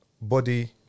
Body